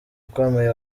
ukomeye